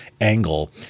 angle